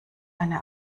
eine